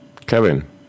Kevin